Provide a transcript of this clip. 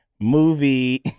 movie